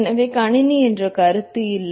எனவே கணினி என்ற கருத்து இல்லை